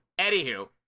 Anywho